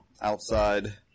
outside